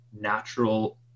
natural